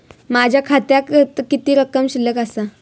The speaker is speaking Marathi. माझ्या खात्यात किती रक्कम शिल्लक आसा?